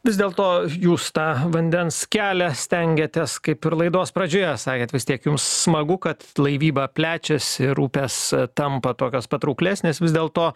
vis dėlto jūs tą vandens kelią stengiatės kaip ir laidos pradžioje sakėt vis tiek jums smagu kad laivyba plečiasi ir upės tampa tokios patrauklesnės vis dėlto